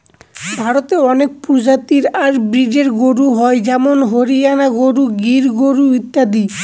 ভারতে অনেক প্রজাতি আর ব্রিডের গরু হয় যেমন হরিয়ানা গরু, গির গরু ইত্যাদি